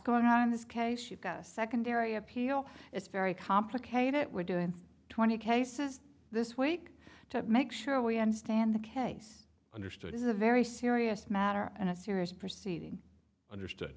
going on in this case you've got a secondary appeal it's very complicated we're doing twenty cases this week to make sure we understand the case understood is a very serious matter and a serious proceeding understood